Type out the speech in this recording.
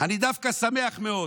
אני דווקא שמח מאוד